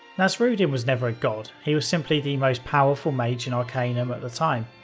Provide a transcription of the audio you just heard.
nasrudin was never a god he was simply the most powerful mage in arcanum at the time.